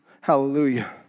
Hallelujah